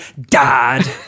dad